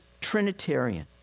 Trinitarian